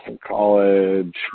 College